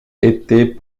était